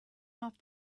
off